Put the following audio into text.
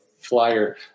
flyer